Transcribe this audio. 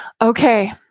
okay